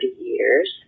years